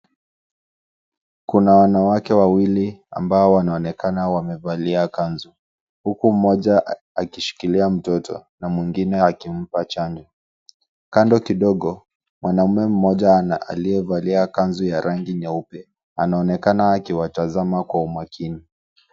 Kuna wanawake wawili ambao wanaonekana wamevalia kanzu, huku mmoja akishikilia mtoto na mwingine akimpa chanjo .Kando kidogo mwanume mmoja aliyevalia kanzu ya rangi nyeupe anaonekana akiwatazama kwa umakini.